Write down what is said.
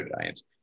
Giants